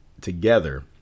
together